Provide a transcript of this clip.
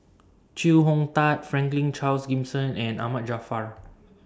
Chee Hong Tat Franklin Charles Gimson and Ahmad Jaafar